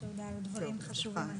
על הדברים החשובים.